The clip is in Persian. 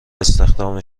استخدام